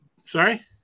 sorry